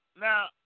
now